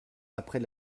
après